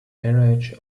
carriage